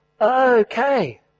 Okay